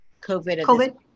COVID